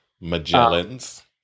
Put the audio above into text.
Magellan's